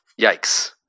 Yikes